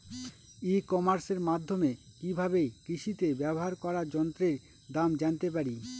ই কমার্সের মাধ্যমে কি ভাবে কৃষিতে ব্যবহার করা যন্ত্রের দাম জানতে পারি?